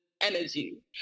energy